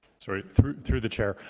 sorry, through through the chair.